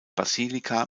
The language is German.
basilika